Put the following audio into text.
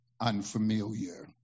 unfamiliar